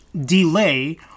delay